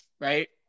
right